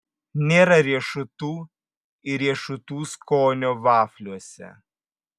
nėra riešutų ir riešutų skonio vafliuose